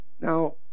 Now